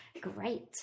Great